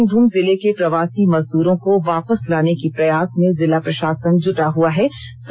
पश्चिमी सिंहभूम जिले के प्रवासी मजदूरों को वापस लाने के प्रयास में जिला प्रशासन जुटा हुआ है